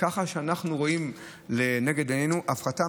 ככה שאנחנו רואים לנגד עינינו הפחתה